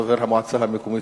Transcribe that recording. חבר המועצה המקומית,